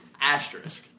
Asterisk